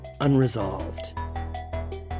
unresolved